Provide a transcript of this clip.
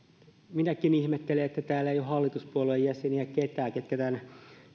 minäkin ihmettelen että täällä ei ole ketään hallituspuolueiden jäseniä jotka tämän